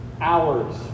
hours